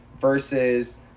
versus